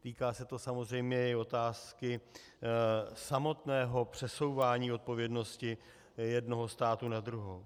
Týká se to samozřejmě i otázky samotného přesouvání odpovědnosti jednoho státu na druhý.